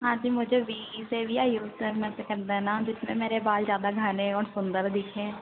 हाँ जी मुझे वी सेप या यू सेप में देना जिसमें मेरे बाल ज्यादा घने और सुन्दर दिखें